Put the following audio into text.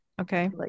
Okay